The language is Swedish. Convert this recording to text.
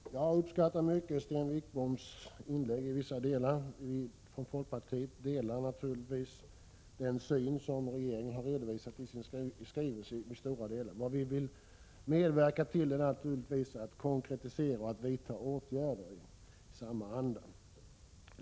Herr talman! Jag uppskattar mycket vissa delar av Sten Wickboms inlägg. | Vi i folkpartiet delar naturligtvis i stora avsnitt den syn som regeringen har redovisat i sin skrivelse. Vi vill nu medverka till att vidta konkreta åtgärder i samma anda.